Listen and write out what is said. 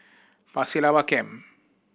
Pasir Laba Camp